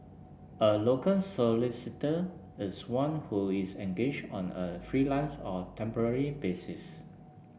a locum solicitor is one who is engaged on a freelance or temporary basis